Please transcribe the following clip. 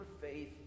faith